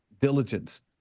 diligence